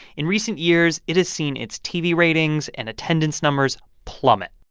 in recent years, it has seen its tv ratings and attendance numbers plummet